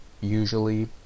usually